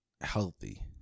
healthy